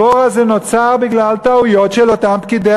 הבור הזה נוצר בגלל טעויות של אותם פקידי